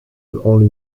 only